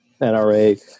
NRA